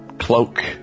cloak